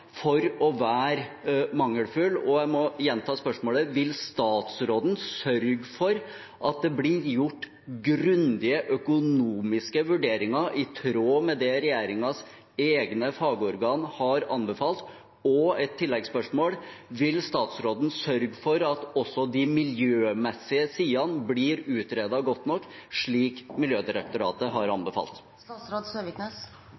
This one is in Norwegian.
for å være mangelfulle. Jeg må gjenta spørsmålet: Vil statsråden sørge for at det blir gjort grundige økonomiske vurderinger i tråd med det regjeringens egne fagorganer har anbefalt? Og et tilleggsspørsmål: Vil statsråden sørge for at også de miljømessige sidene blir utredet godt nok, slik Miljødirektoratet har